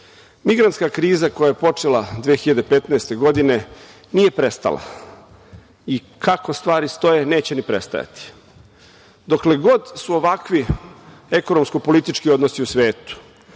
Migrantska kriza koja je počela 2015. godine nije prestala. Kako stvari stoje, neće ni prestajati. Dokle god su ovakvi ekonomsko-politički odnosi u svetu,